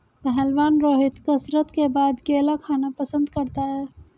पहलवान रोहित कसरत के बाद केला खाना पसंद करता है